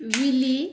willie